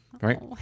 Right